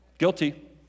Guilty